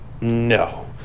No